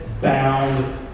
bound